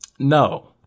no